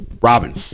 Robin